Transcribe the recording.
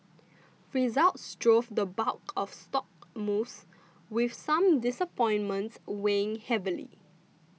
results drove the bulk of stock moves with some disappointments weighing heavily